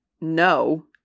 no